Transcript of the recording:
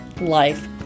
life